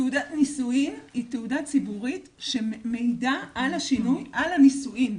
תעודת נישואים היא תעודה ציבורית שמעידה על השינוי ועל הנישואים.